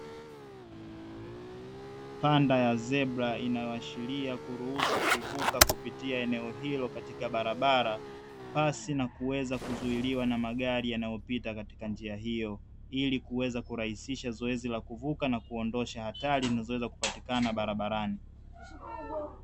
Kanda ya zebra unaoashiria kuruhusu kupita eneo hilo katika barabara pasina kuweza kuzuiwa na magari yanayopita katika njia hio, ili kuweza kurahisisha zoezi la kuvuka na kuondosha hatari zinazoweza kupatikana barabarani.